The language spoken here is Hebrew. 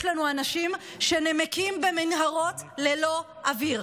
לנו אנשים שנמקים במנהרות ללא אוויר.